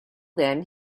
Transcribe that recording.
then